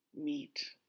meet